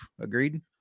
Agreed